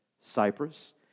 Cyprus